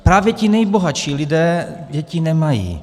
Právě ti nejbohatší lidé děti nemají.